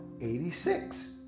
86